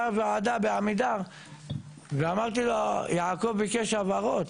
הוועדה בעמידר ואמרתי לו יעקב ביקש הבהרות,